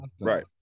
right